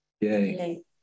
Yay